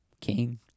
king